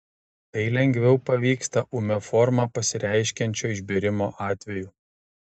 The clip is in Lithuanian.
tai lengviau pavyksta ūmia forma pasireiškiančio išbėrimo atveju